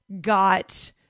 got